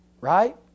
Right